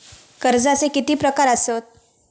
कर्जाचे किती प्रकार असात?